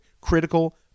critical